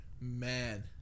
Man